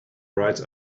rides